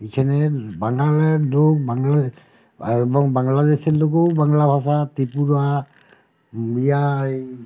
এখানে বাংলার লোক বাংলায় এবং বাংলাদেশের লোকও বাংলা ভাষা ত্রিপুরা উড়িয়া এই